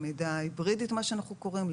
למידה היברידית כפי שאנחנו קוראים,